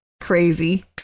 crazy